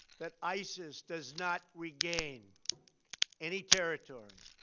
that isis does not regain any territory.